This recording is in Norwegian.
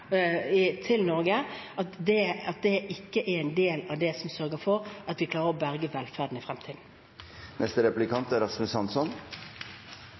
ikke er en del av det som sørger for at vi klarer å berge velferden i fremtiden. Siden norsk klimapolitikks begynnelse i 1989 er